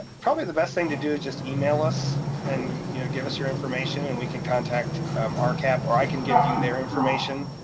probably the best thing to do is just email us and give us your information and we can contact um ah rcap or i can give you their information,